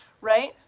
right